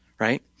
right